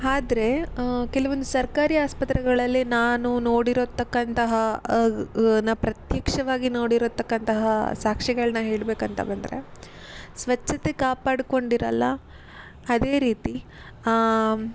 ಆದರೆ ಕೆಲವೊಂದು ಸರ್ಕಾರಿ ಆಸ್ಪತ್ರೆಗಳಲ್ಲಿ ನಾನು ನೋಡಿರತಕ್ಕಂತಹ ಆಗಿ ನ ಪ್ರತ್ಯಕ್ಷವಾಗಿ ನೋಡಿರತಕ್ಕಂತಹ ಸಾಕ್ಷಿಗಳನ್ನ ಹೇಳಬೇಕಂತ ಬಂದರೆ ಸ್ವಚ್ಛತೆ ಕಾಪಾಡ್ಕೊಂಡಿರಲ್ಲ ಅದೇ ರೀತಿ